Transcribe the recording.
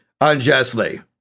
unjustly